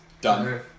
Done